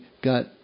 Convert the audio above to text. got